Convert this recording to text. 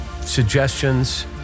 suggestions